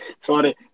Sorry